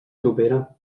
propera